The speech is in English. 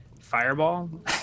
Fireball